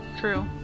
True